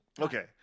Okay